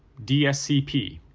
dscp.